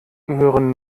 gehören